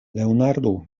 leonardo